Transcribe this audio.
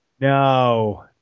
No